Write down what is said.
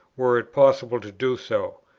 were it possible to do so.